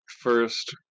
first